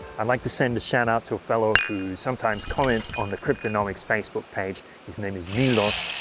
i'd like to send a shout out to a fellow who sometimes comments on the cryptonomics facebook page his name is milos,